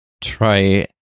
try